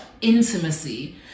intimacy